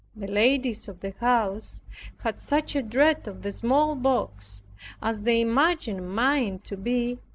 the ladies of the house had such a dread of the smallpox, as they imagined mine to be,